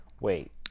Wait